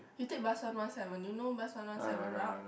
you take bus one one seven you know bus one one seven route